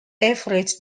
average